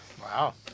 Wow